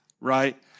right